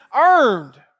earned